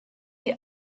die